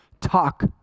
talk